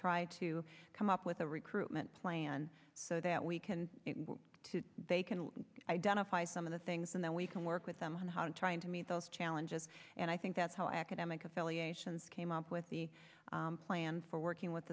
try to come up with a recruitment plan so that we can to they can identify some of the things and then we can work with them how to trying to meet those challenges and i think that's how academic affiliations came up with the plan for working with